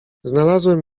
znalazłem